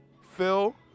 Phil